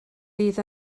fydd